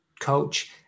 coach